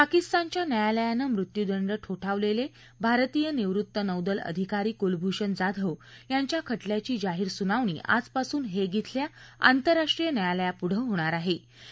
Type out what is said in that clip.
पाकिस्तानच्या न्यायालयानं मृत्यूदंड ठोठावलेले भारतीय निवृत्त नौदल अधिकारी कुलभूषण जाधव यांच्या खटल्याची जाहीर सुनावणी ाजपासून हेग इथल्या ातंरराष्ट्रीय न्यायालयापुढं होणार ाहे